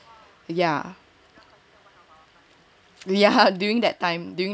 yeah during that time during that time yes